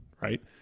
Right